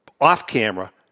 off-camera